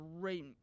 great